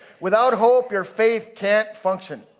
without hope your faith can't function.